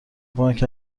بانک